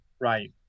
Right